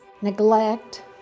neglect